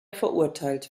verurteilt